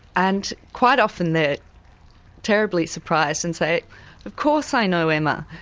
and quite often they're terribly surprised and say of course i know emma,